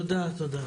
תודה.